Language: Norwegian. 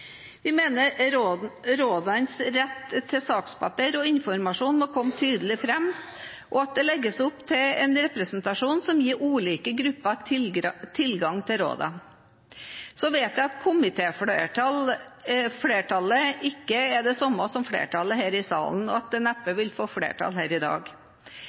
Vi mener rådenes rett til sakspapir og informasjon må komme tydelig fram, og at det legges opp til en representasjon som gir ulike grupper tilgang til rådene. Så vet jeg at komitéflertallet ikke er det samme som flertallet her i salen, og at det neppe vil få flertall her i dag.